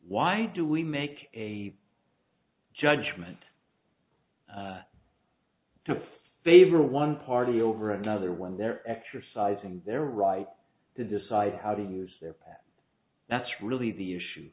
why do we make a judgment to favor one party over another when they're exercising their right to decide how to use their pet that's really the issue